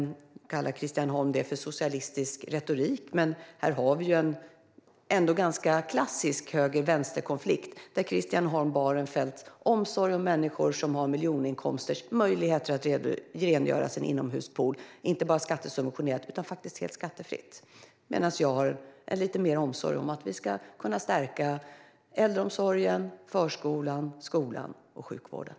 Christian Holm Barenfeld kallar det för socialistisk retorik, men här har vi en klassisk höger-vänster-konflikt där Christian Holm Barenfeld värnar möjligheten för människor med miljoninkomster att rengöra sin inomhuspool inte bara skattesubventionerat utan helt skattefritt medan jag värnar möjligheten att stärka äldreomsorgen, förskolan, skolan och sjukvården.